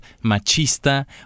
machista